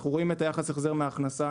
אנחנו רואים את היחס החזר מהכנסה.